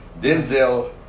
Denzel